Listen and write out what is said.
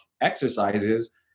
exercises